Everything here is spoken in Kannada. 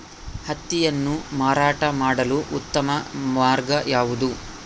ಹತ್ತಿಯನ್ನು ಮಾರಾಟ ಮಾಡಲು ಉತ್ತಮ ಮಾರ್ಗ ಯಾವುದು?